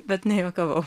bet nejuokavau